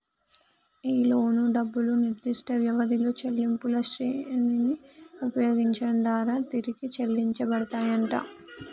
ఈ లోను డబ్బులు నిర్దిష్ట వ్యవధిలో చెల్లింపుల శ్రెరిని ఉపయోగించడం దారా తిరిగి చెల్లించబడతాయంట